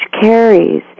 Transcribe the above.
carries